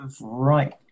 Right